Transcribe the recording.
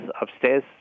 upstairs